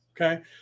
okay